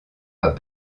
pas